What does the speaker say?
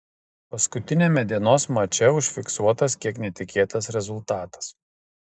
paskutiniame dienos mače užfiksuotas kiek netikėtas rezultatas